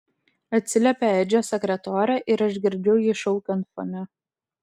atsiliepia edžio sekretorė ir aš girdžiu jį šaukiant fone